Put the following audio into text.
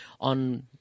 on